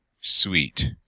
Sweet